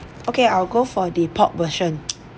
okay I'll go for the pork version